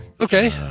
Okay